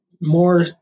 more